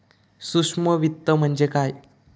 सूक्ष्म वित्त म्हणजे काय?